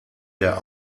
der